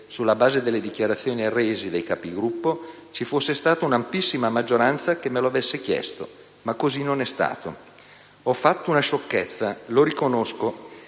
sulla base delle dichiarazioni rese dai Capigruppo, ci fosse stata un'ampissima maggioranza che me lo avesse chiesto. Così non è stato. Ho fatto una sciocchezza: lo riconosco,